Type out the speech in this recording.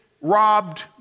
robbed